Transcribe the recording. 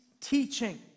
teaching